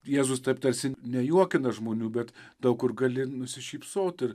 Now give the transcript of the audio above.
jėzus taip tarsi nejuokina žmonių bet daug kur gali nusišypsot ir